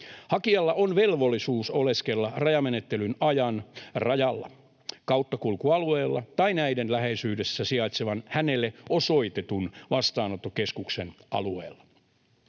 Hakijalla on velvollisuus oleskella rajamenettelyn ajan rajalla, kauttakulkualueella tai näiden läheisyydessä sijaitsevan hänelle osoitetun vastaanottokeskuksen alueella.